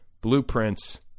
blueprints